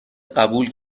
قبول